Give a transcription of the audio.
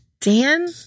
Dan